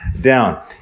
down